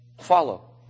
Follow